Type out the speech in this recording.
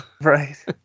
Right